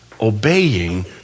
obeying